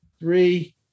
three